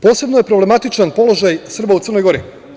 Posebno je problematičan položaj Srba u Crnoj Gori.